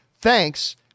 Thanks